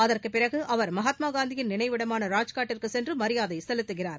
அதற்கு பிறகு அவர் மகாத்மா காந்தியின் நினைவிடமான ராஜ்காட்டிற்கு சென்று மரியாதை செலுத்துகிறார்